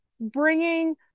bringing